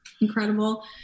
incredible